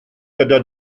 gyda